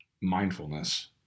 mindfulness